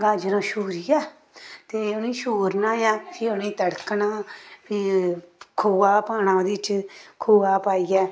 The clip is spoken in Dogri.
गाजरां छूरियै ते उ'नें गी छूरना ऐ फ्ही उ'नेंगी तड़कना फ्ही खोआ पाना ओह्दे च खोआ पाइयै